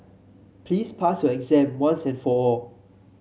please pass your exam once and for all